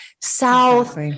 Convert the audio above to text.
south